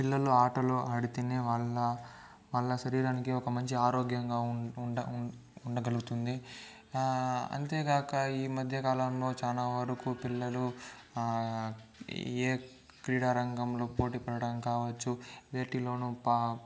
పిల్లలు ఆటలు ఆడితేనే వాళ్ళ వాళ్ళ శరీరానికి ఒక మంచి ఆరోగ్యంగా ఉంట ఉం ఉండగలుగుతుంది అంతేగాక ఈ మధ్య కాలంలో చానా వరకు పిల్లలు ఏ క్రీడారంగంలో పోటీ పడడం కావచ్చు వేటిలోనూ ప